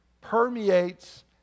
permeates